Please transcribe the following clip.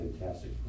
fantastic